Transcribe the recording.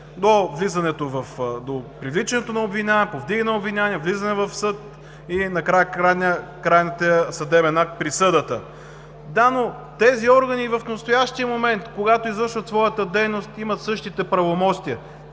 – привличането на обвиняемия, повдигане на обвинение, влизане в съд и накрая, крайният съдебен акт – присъдата. Да, но тези органи и в настоящия момент, когато извършват своята дейност, имат същите правомощия.